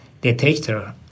detector